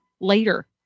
later